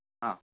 हा हा